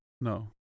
No